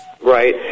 Right